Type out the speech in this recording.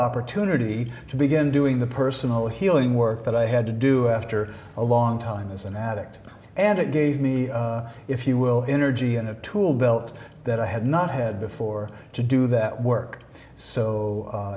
opportunity to begin doing the personal healing work that i had to do after a long time as an addict and it gave me if you will energy and a tool belt that i had not had before to do that work so